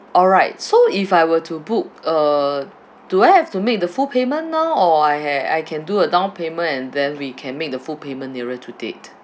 alright so if I were to book uh do I have to make the full payment now or I have I can do a down payment and then we can make the full payment nearer to date